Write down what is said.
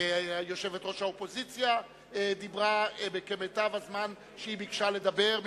יושבת-ראש האופוזיציה דיברה כמיטב הזמן שהיא ביקשה לדבר,